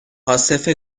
عاصف